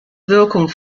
wirkung